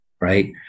right